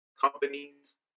companies